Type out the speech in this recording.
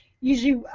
Usually